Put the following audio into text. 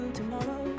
tomorrow